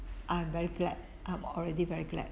I am very glad I'm already very glad